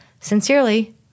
Sincerely